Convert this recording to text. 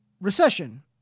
recession